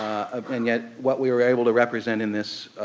and yet what we were able to represent in this